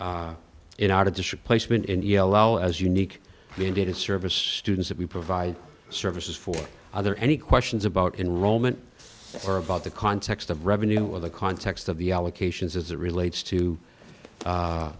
on in our district placement and yellow as unique mandated service students that we provide services for other any questions about enrollment or about the context of revenue or the context of the allocations as it relates to